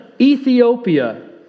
Ethiopia